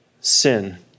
sin